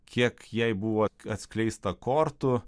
kiek jai buvo atskleista kortų